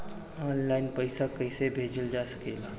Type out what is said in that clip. आन line पईसा कईसे भेजल जा सेकला?